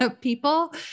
people